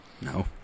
no